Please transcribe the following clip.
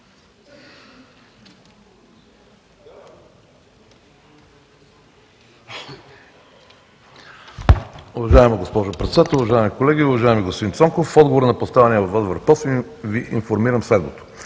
Уважаема госпожо Председател, уважаеми колеги! Уважаеми господин Цонков, в отговор на поставения от Вас въпрос, Ви информирам следното.